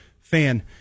fan